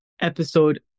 episode